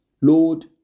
Lord